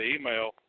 email